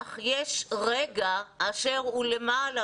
אַךְ יֵשׁ רֶגַעאֲשֶׁר בֹּו הוּא לְמַעְלָה